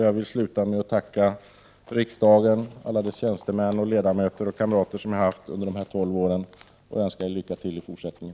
Jag vill sluta med att tacka riksdagen, alla tjänstemän, ledamöter och kamrater som jag har haft under mina 12 år här. Jag önskar er lycka tilli fortsättningen.